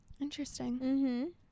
Interesting